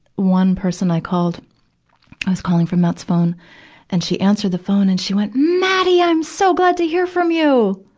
one person i called i was calling from matt's phone and she answered the phone, phone, and she went, mattie, i'm so glad to hear from you!